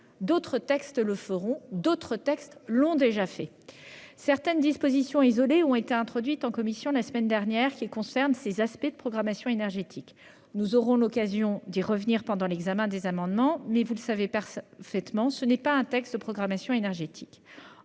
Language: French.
D'autres textes le feront ; d'autres textes l'ont déjà fait. Certaines dispositions isolées, introduites en commission la semaine dernière, concernent ces aspects de la programmation énergétique. Nous aurons l'occasion d'y revenir pendant l'examen des amendements, mais, vous le savez parfaitement, il ne s'agit pas d'un texte de programmation énergétique.